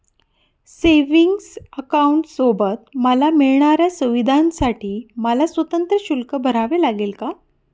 Savings अकाउंटसोबत मला मिळणाऱ्या सुविधांसाठी मला स्वतंत्र शुल्क भरावे लागेल का?